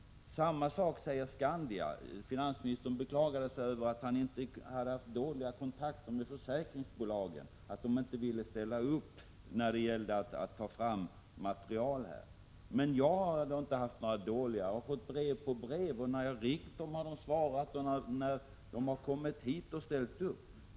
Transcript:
Samma sak säger man från Skandia. Finansministern beklagade sig över att han haft dåliga kontakter med försäkringsbolagen och att de inte ville ställa upp och ta fram material för det här. Men jag har inte haft svårt att få kontakt med dem — jag har fått brev på brev, de har svarat när jag har ringt till dem och de har kommit hit och ställt upp.